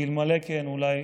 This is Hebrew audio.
שאלמלא כן אולי,